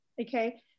Okay